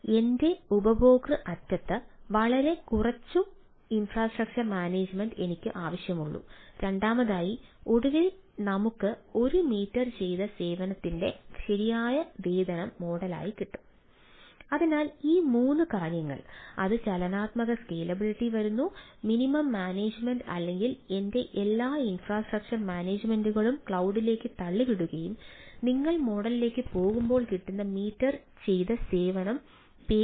അതിനാൽ എന്റെ ഉപയോക്തൃ അറ്റത്ത് വളരെ കുറച്ച് ഇൻഫ്രാസ്ട്രക്ചർ മാനേജുമെന്റ് എനിക്ക് ആവശ്യമൊള്ളു രണ്ടാമതായി ഒടുവിൽ ഞങ്ങൾക്ക് ഒരു മീറ്റർ ചെയ്ത സേവനത്തിന്റെ ശരിയായ വേതനം മോഡലായി അതിനാൽ ഈ മൂന്ന് കാര്യങ്ങൾ അത് ചലനാത്മക സ്കേലബിളിറ്റി അല്ലെങ്കിൽ എന്റെ എല്ലാ ഇൻഫ്രാസ്ട്രക്ചർ മാനേജുമെന്റുകളും ക്ലൌഡിലേക്ക് തള്ളിവിടുകയും നിങ്ങൾ മോഡലിലേക്ക് പോകുമ്പോൾ കിട്ടുന്ന മീറ്റർ ചെയ്ത സേവന പേ